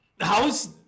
How's